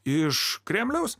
iš kremliaus